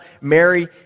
Mary